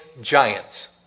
Giants